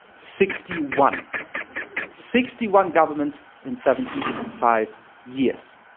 sixty one sixty one governments in seventy five years,